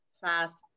fast